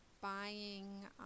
buying